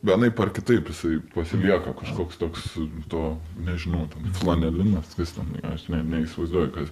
vienaip ar kitaip jisai pasilieka kažkoks toks to nežinau ten flanelinas kas ten yra ta prasme neįsivaizduoju kas